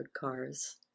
cars